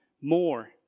more